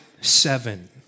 Seven